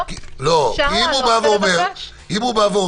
אם הוא בא ואומר: